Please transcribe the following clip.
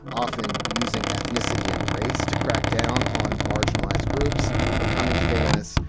often using ethnicity and race to crack down on marginalized groups, becoming famous,